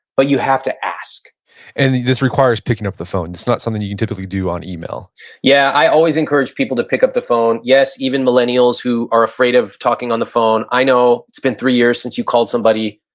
but you have to ask and this requires picking up the phone. it's not something you can typically do on email yeah. i always encourage people to pick up the phone. yes, even millennials who are afraid of talking on the phone. i know it's been three years since you called somebody.